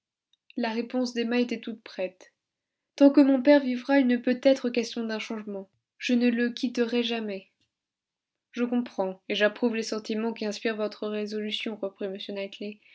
la réponse d'emma était toute prête tant que mon père vivra il ne peut être question d'un changement je ne le quitterai jamais je comprends et j'approuve les sentiments qui inspirent votre résolution reprit